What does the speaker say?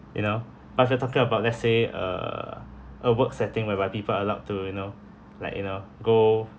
you know after talking about let's say uh a work setting whereby people are allowed to you know like you know go